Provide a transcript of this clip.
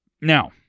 Now